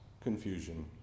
confusion